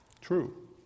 True